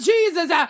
Jesus